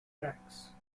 tracks